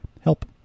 Help